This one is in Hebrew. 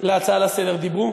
להצעה לסדר-היום דיברו,